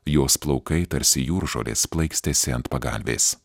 jos plaukai tarsi jūržolės plaikstėsi ant pagalvės